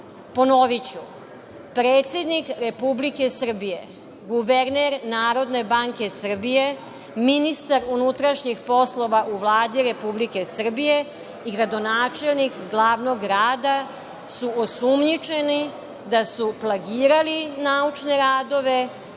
Ponoviću, predsednik Republike, guverner NBS, ministar unutrašnjih poslova u Vladi Republike Srbije i gradonačelnik glavnog grada su osumnjičeni da su plagirali naučne radove,